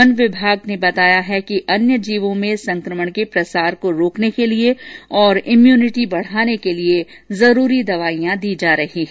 one विभाग ने बताया गया है कि अन्य जीवों में संक्रमण के प्रसार को रोकने के लिए तथा इम्यूनिटी बढ़ाने के लिए जरूरी दवाइयां दी जा रही हैं